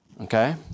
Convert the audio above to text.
okay